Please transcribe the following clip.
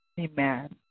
Amen